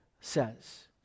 says